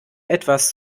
etwas